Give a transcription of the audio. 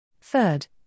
Third